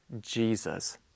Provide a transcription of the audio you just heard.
Jesus